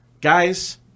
Guys